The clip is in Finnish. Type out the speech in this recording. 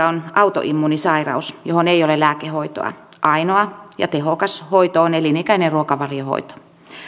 on autoimmuunisairaus johon ei ole lääkehoitoa ainoa ja tehokas hoito on elinikäinen ruokavaliohoito